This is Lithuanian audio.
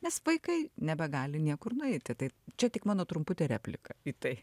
nes vaikai nebegali niekur nueiti tai čia tik mano trumputė replika į tai